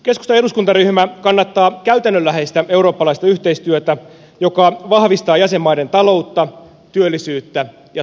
keskustan eduskuntaryhmä kannattaa käytännönläheistä eurooppalaista yhteistyötä joka vahvistaa jäsenmaiden taloutta työllisyyttä ja turvallisuutta